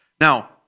Now